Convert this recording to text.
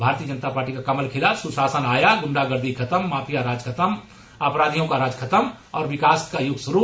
भारतीय जनता पार्टी का कमल खिला सुशासन आया गुण्डागर्दी खत्म माफिया राज खत्म अपराधियों का राज खत्म और विकास का युग शुरू